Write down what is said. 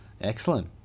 Excellent